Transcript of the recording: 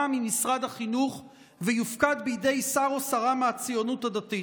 ממשרד החינוך ויופקד בידי שר או שרה מהציונות הדתית.